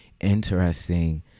interesting